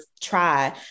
try